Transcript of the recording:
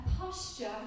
posture